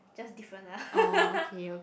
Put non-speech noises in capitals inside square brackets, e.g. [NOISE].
just different lah [LAUGHS]